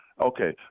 Okay